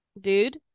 Dude